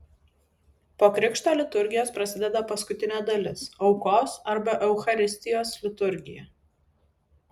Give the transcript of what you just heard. po krikšto liturgijos prasideda paskutinė dalis aukos arba eucharistijos liturgija